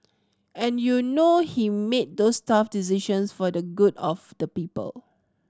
and you know he made those tough decisions for the good of the people